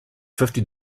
fifty